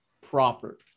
proper